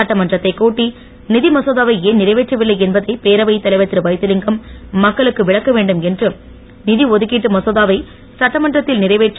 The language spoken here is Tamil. சட்டமன்றத்தைக் கூட்டி நிதி மசோதாவை ஏன் நிறைவேற்றவில்லை என்பதை பேரவைத் தலைவர் திருவைத்திலிங்கம் மக்களுக்கு விளக்கவேண்டும் என்றும் நிநிதி ஒதுக்கிட்டு மசோதாவை சட்டமன்றத்தில் நிறைவேற்ற